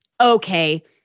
okay